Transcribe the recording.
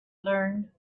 learned